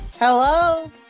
Hello